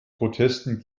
protesten